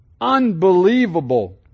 unbelievable